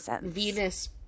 Venus